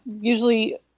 Usually